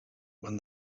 when